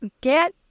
get